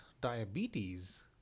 diabetes